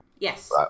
Yes